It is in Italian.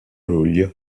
luglio